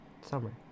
summer